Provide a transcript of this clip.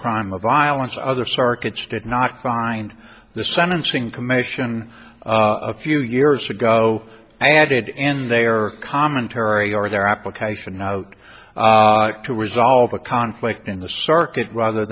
crime of violence other circuits did not find the sentencing commission a few years ago i added and they are commentary or their application out to resolve a conflict in the circuit rather